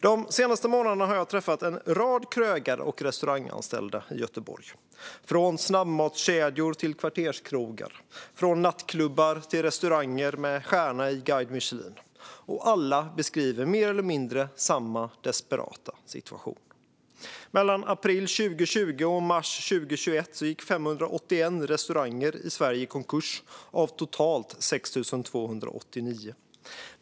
De senaste månaderna har jag träffat en rad krögare och restauranganställda i Göteborg. De har kommit från snabbmatskedjor och kvarterskrogar, från nattklubbar och från restauranger med stjärna i Guide Michelin. Alla beskriver mer eller mindre samma desperata situation. Mellan april 2020 och mars 2021 gick 581 restauranger i Sverige i konkurs av totalt 6 289 konkurser.